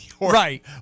Right